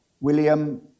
William